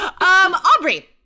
Aubrey